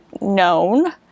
known